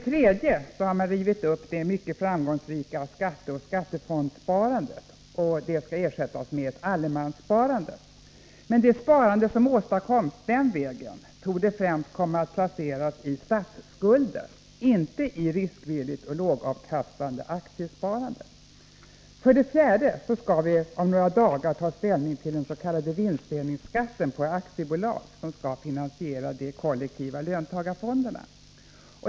3. Det mycket framgångsrika skatteoch skattefondssparandet har rivits upp och skall ersättas med ett allemanssparande. Det sparande som åstadkoms den vägen torde främst komma att placeras i statsskulden, inte i riskvilligt och lågavkastande aktiesparande. 4. Om några dagar skall vi ta ställning till den s.k. vinstdelningsskatten på aktiebolag, som skall finansiera de kollektiva löntagarfonderna.